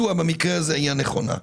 במקרה הזה היא הנכונה,